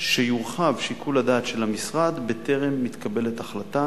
שיורחב שיקול הדעת של המשרד בטרם מתקבלת החלטה